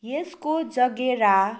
यसको जगेरा